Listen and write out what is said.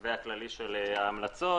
המתווה הכללי של ההמלצות.